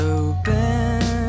open